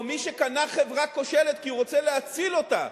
או מי שקנה חברה כושלת כי הוא רוצה להציל אותה,